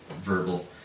verbal